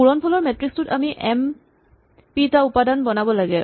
পূৰণফলৰ matrix টোত আমি M P টা উপাদান বনাব লাগে